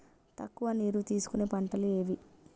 తక్కువ నీరు తీసుకునే పంటలు ఏవి?